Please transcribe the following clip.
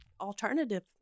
alternative